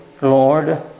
Lord